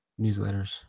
newsletters